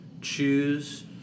choose